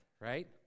right